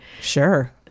Sure